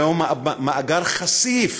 זהו מאגר חשיף,